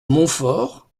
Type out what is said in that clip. montfort